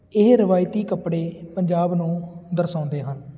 ਇਹ ਰਵਾਇਤੀ ਕੱਪੜੇ ਪੰਜਾਬ ਨੂੰ ਦਰਸਾਉਂਦੇ ਹਨ